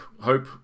hope